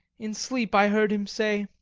in sleep i heard him say,